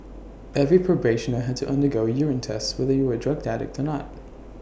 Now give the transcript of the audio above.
every probationer had to undergo A urine test whether you were A drug addict or not